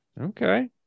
okay